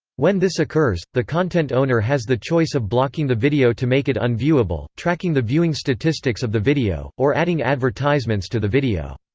when this occurs, the content owner has the choice of blocking the video to make it unviewable, tracking the viewing statistics of the video, or adding advertisements to the video.